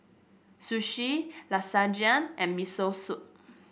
Sushi Lasagna and Miso Soup